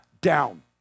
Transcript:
down